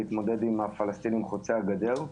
להתמודד עם הפלסטינים חוצי הגדר.